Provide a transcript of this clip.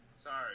Sorry